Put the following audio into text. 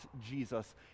Jesus